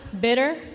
bitter